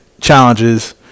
challenges